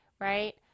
right